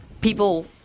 people